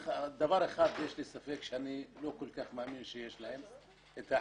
דבר אחד יש לי ספק ואני לא כל כך מאמין שיש לה וזה הרצון.